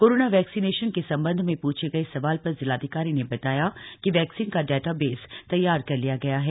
corona vaccination के संबंध में पूछे गए सवाल पर जिलाधिकारी ने बताया कि वैक्सीन का डाटाबेस तैयार कर लिया गया है